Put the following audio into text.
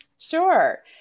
Sure